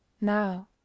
now